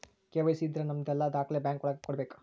KYC ಇದ್ರ ನಮದೆಲ್ಲ ದಾಖ್ಲೆ ಬ್ಯಾಂಕ್ ಒಳಗ ಕೊಡ್ಬೇಕು